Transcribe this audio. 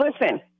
Listen